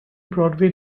broadway